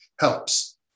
helps